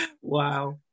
Wow